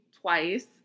twice